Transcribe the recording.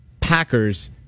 Packers